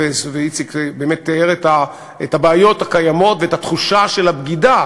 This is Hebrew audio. ואיציק באמת תיאר את הבעיות הקיימות ואת תחושת הבגידה